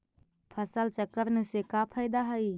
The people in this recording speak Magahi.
फसल चक्रण से का फ़ायदा हई?